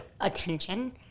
attention